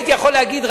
הייתי יכול להגיד,